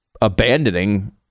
abandoning